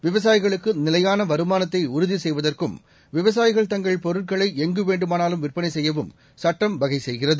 விவசாயிகளுக்குநிலையாளவருமானத்தைஉறுதிசெய்வதற்கும் விவசாயிகள் தங்கள் பொருட்களைளங்குவேண்டுமானாலும் விற்பனைசெய்யவும் சுட்டம் வகைசெய்கிறது